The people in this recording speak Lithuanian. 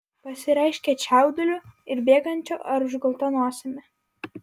pasireiškia čiauduliu ir bėgančia ar užgulta nosimi